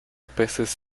peces